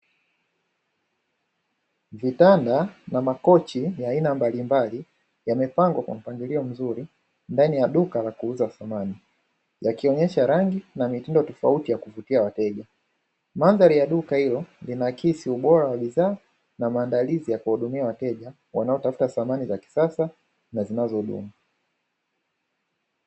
Vitanda na makochi ya aina mbalimbali yamepangwa kwa mpangilio mzuri ndani ya duka la kuuza samani, yakionyesha rangi na mitindo tofauti ya kuvutia wateja. Mandhari ya duka hilo, linaakisi ubora wa bidhaa na maandalizi ya kuwahudumia wateja, wanaotafuta samani za kisasa na zinazodumu.